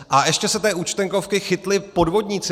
A ještě se té Účtenkovky chytli podvodníci.